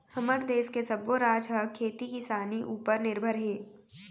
हमर देस के सब्बो राज ह खेती किसानी उपर निरभर हे